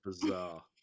bizarre